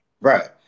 Right